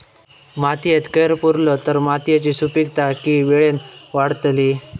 मातयेत कैर पुरलो तर मातयेची सुपीकता की वेळेन वाडतली?